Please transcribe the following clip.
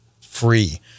free